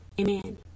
Amen